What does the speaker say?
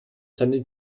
seine